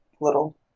little